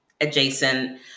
adjacent